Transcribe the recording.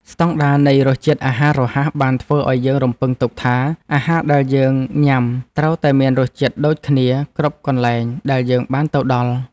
ស្តង់ដារនៃរសជាតិអាហាររហ័សបានធ្វើឲ្យយើងរំពឹងទុកថាអាហារដែលយើងញ៉ាំត្រូវតែមានរសជាតិដូចគ្នាគ្រប់កន្លែងដែលយើងបានទៅដល់។